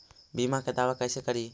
बीमा के दावा कैसे करी?